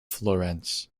florence